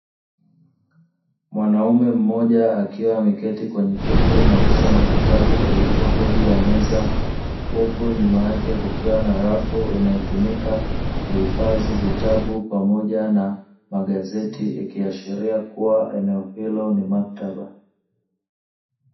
Mwanaume mmoja akiwa ameketi kwenye kiti na kusoma kitabu kilichopo juu ya meza, huku nyuma yake kukiwa na rafu inayotumika kuhifadhi vitabu pamoja na magazeti, ikiashiria kuwa eneo hilo ni maktaba.